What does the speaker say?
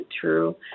true